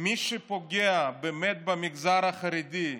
מי שפוגע באמת במגזר החרדי,